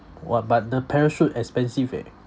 !wah! but the parachute expensive eh